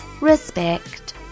respect